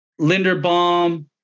Linderbaum